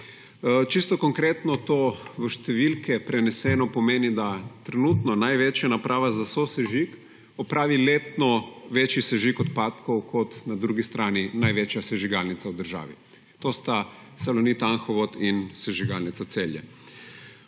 Čisto konkretno to v številke preneseno pomeni, da trenutno največja naprava za sosežig opravi letno večji sežig odpadkov kot na drugi strani največja sežigalnica v državi. To sta Salonit Anhovo in Sežigalnica Celje.